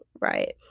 Right